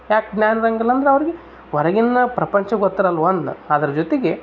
ಯಾಕೆ ಜ್ಞಾನ ಇರೊಂಗಿಲ್ಲ ಅಂದ್ರೆ ಅವರಿಗೆ ಹೊರಗಿನ ಪ್ರಪಂಚ ಗೊತ್ತಿರೋಲ್ಲ ಒಂದು ಅದ್ರ ಜೊತೆಗೆ